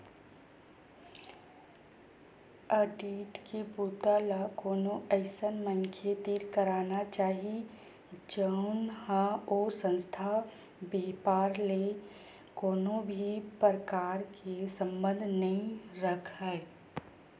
audit के बूता ल कोनो अइसन मनखे तीर कराना चाही जउन ह ओ संस्था, बेपार ले कोनो भी परकार के संबंध नइ राखय